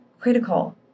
critical